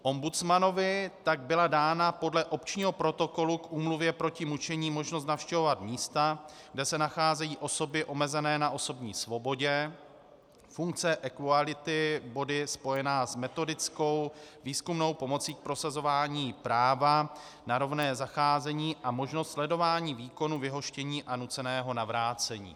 Ombudsmanovi tak byla dána podle Opčního protokolu k Úmluvě proti mučení možnost navštěvovat místa, kde se nacházejí osoby omezené na osobní svobodě, funkce equality body spojená s metodickou výzkumnou pomocí k prosazování práva na rovné zacházení a možnost sledování výkonu vyhoštění a nuceného navrácení.